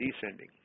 descending